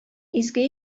изге